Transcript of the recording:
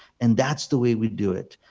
and that's the way we do it.